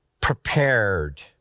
prepared